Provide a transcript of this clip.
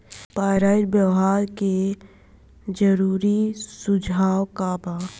Pyrite व्यवहार के जरूरी सुझाव का वा?